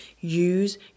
Use